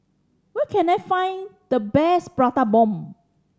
where can I find the best Prata Bomb